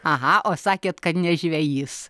aha o sakėt kad ne žvejys